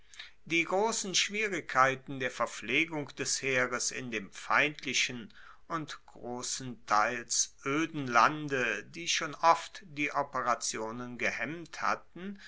die grossen schwierigkeiten der verpflegung des heeres in dem feindlichen und grossenteils oeden lande die schon oft die operationen gehemmt hatten